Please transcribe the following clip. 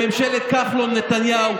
בממשלת כחלון-נתניהו,